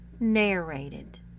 Narrated